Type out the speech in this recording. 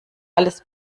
alles